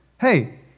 Hey